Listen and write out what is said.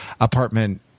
apartment